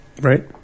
Right